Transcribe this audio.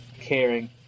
caring